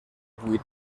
vuit